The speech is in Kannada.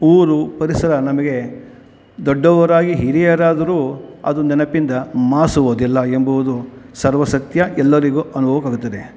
ಊರು ಪರಿಸರ ನಮಗೆ ದೊಡ್ಡವರಾಗಿ ಹಿರಿಯರಾದರೂ ಅದು ನೆನಪಿಂದ ಮಾಸುವುದಿಲ್ಲ ಎಂಬುವುದು ಸರ್ವ ಸತ್ಯ ಎಲ್ಲರಿಗೂ ಅನುಭವವಾಗುತ್ತದೆ